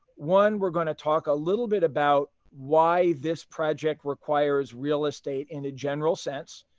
one, we are going to talk a little bit about why this project requires real estate in a general sense.